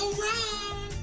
wrong